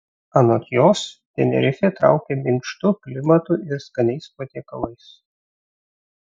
anot jos tenerifė traukia minkštu klimatu ir skaniais patiekalais